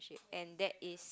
and that is